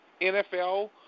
NFL